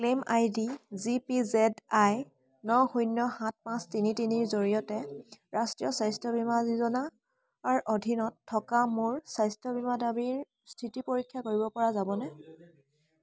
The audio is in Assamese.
claim I D G P Z I N শূন্য সাত পাঁচ তিনি তিনিৰ জৰিয়তে ৰাষ্ট্ৰীয় স্বাস্থ্য বীমা যোজনাৰ অধীনত থকা মোৰ স্বাস্থ্য বীমা দাবীৰ স্থিতি পৰীক্ষা কৰিবপৰা যাবনে